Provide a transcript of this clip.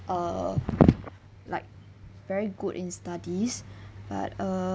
err like very good in studies but err